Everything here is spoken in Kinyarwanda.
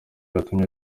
yatumye